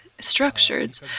Structured